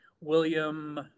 William